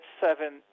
seven